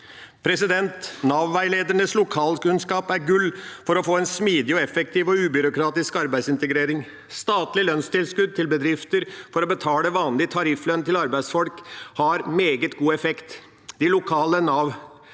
arbeidslivet. Nav-veiledernes lokalkunnskap er gull for å få en smidig, effektiv og ubyråkratisk arbeidsintegrering. Statlige lønnstilskudd til bedrifter for å betale vanlig tarifflønn til arbeidsfolk har meget god effekt. De lokale Navkontorene